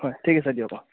হয় ঠিক আছে দিয় অঁ